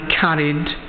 carried